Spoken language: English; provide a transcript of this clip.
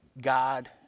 God